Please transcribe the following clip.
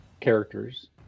characters